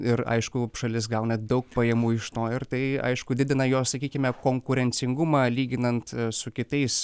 ir aišku šalis gauna daug pajamų iš to ir tai aišku didina jos sakykime konkurencingumą lyginant su kitais